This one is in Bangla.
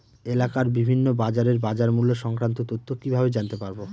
এলাকার বিভিন্ন বাজারের বাজারমূল্য সংক্রান্ত তথ্য কিভাবে জানতে পারব?